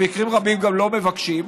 במקרים רבים גם לא מבקשים,